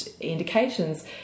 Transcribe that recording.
indications